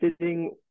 sitting